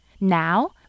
Now